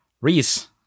Reese